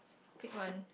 pick one